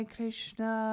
Krishna